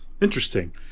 Interesting